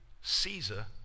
Caesar